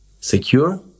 secure